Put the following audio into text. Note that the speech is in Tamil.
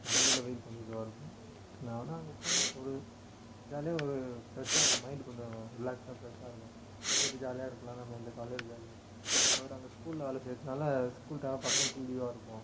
அந்த ஊரில் வெயில் கொஞ்சம் இதுவாக இருக்கும் நான் வேணால் அங்கே போனால் ஒரு ஜாலியாக ஒரு ஃப்ரெஷ்ஷாக இருக்கும் மைண்டு கொஞ்சம் ரிலாக்ஸாக ஃப்ரெஷ்ஷாக இருக்கும் போய்விட்டு ஜாலியாக இருக்கலாம் நம்ம எந்த கவலையும் இருக்காது அவரும் அங்கே ஸ்கூலில் வேலை செய்கிறத்துனால ஸ்கூல் விட்டாலும் பசங்களுக்கு லீவாக இருக்கும்